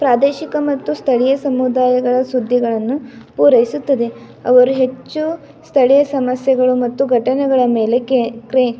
ಪ್ರಾದೇಶಿಕ ಮತ್ತು ಸ್ಥಳೀಯ ಸಮುದಾಯಗಳ ಸುದ್ದಿಗಳನ್ನು ಪೂರೈಸುತ್ತದೆ ಅವರು ಹೆಚ್ಚು ಸ್ಥಳೀಯ ಸಮಸ್ಯೆಗಳು ಮತ್ತು ಘಟನೆಗಳ ಮೇಲೆ ಕ್ರೆ